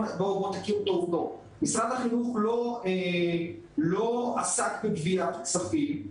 נכיר את העובדות: משרד החינוך לא עסק בגביית כספים.